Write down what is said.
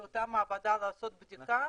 לאותה מעבדה, לעשות בדיקה?